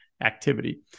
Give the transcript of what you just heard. activity